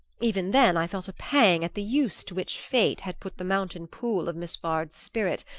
even then i felt a pang at the use to which fate had put the mountain-pool of miss vard's spirit,